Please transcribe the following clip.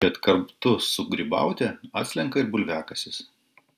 bet kartu su grybaute atslenka ir bulviakasis